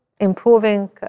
improving